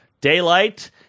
daylight